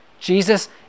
Jesus